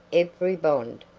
every bond,